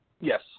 Yes